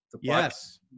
Yes